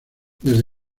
desde